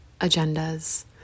agendas